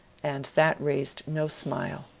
and that raised no smile.